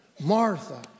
Martha